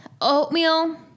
oatmeal